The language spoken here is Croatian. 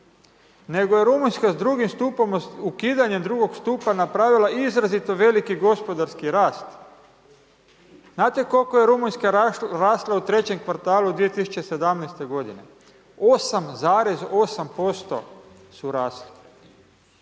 Nego je Rumunjska sa drugim stupom, ukidanjem drugog stupa napravila izrazito veliki gospodarski rast. Znate koliko je Rumunjska rasla u trećem kvartalu 2017. godine? 8,8% su rasli.